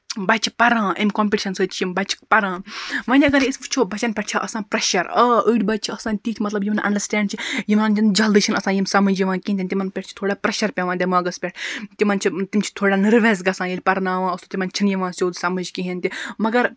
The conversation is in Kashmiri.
بَچہِ پَران امہِ کَمپیٚٹشَن سۭتۍ چھِ یِم بَچہِ پَران وۄنۍ اَگَرے أسۍ وٕچھو بَچَن پٮ۪ٹھ چھ آسان پریٚشَر آ أڑۍ بَچہِ چھِ آسان تِتھ مَطلَب یِم نہٕ اَنڈَرسٹینٛڈ چھِ یِوان دِنہ جَلدی چھنہٕ آسان یِم سمجھ یِوان کِہیٖنۍ نہٕ تِمَن پٮ۪ٹھ چھ تھوڑا پریٚشَر پیٚوان دٮ۪ماغَس پٮ۪ٹھ تِمَن چھ تِم چھِ تھوڑا نروَس گَژھان ییٚلہِ پَرناوان اوس تِمَن چھنہٕ یِوان سیٚود سمجھ کِہیٖنۍ تہِ مَگَر